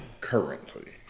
currently